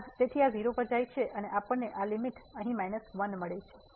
તેથી આ 0 પર જાય છે અને આપણને આ લીમીટ અહીં 1 તરીકે મળે છે